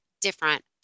different